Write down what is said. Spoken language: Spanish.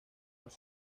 los